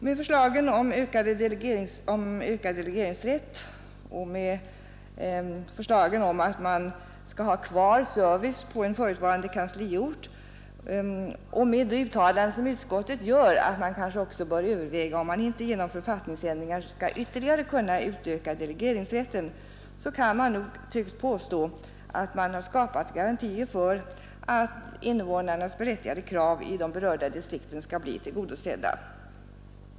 Med förslagen om ökad delegeringsrätt och att man skall ha kvar service på en förutvarande kansliort och med det uttalande som utskottet gör att man kanske också bör överväga om inte delegationsrätten genom författningsändringar kan utvecklas ytterligare kan man nog tryggt påstå att garantier skapats för att invånarnas berättigade krav i de berörda distrikten skall bli tillgodosedda.